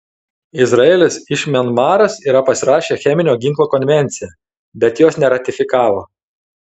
izraelis iš mianmaras yra pasirašę cheminio ginklo konvenciją bet jos neratifikavo